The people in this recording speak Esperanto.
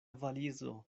valizo